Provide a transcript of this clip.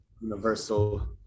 universal